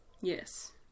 Yes